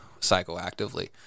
psychoactively